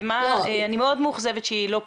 אני מאוד מאוכזבת שאפרת לא כאן.